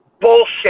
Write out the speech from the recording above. bullshit